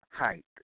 Height